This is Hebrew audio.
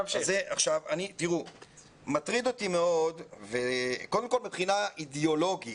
קודם כל, מבחינה אידיאולוגית,